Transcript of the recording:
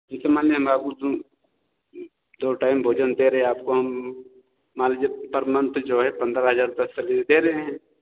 ठीक है मान्य दो टैम भोजन दे रहे हैं आपको हम मान लीजिए पर मंथ जो है पंद्रह हजार रुपये सैलरी दे रहे हैं